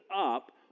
up